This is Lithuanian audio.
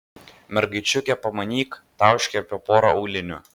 mergaičiukė pamanyk tauškia apie porą aulinių